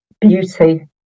Beauty